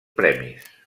premis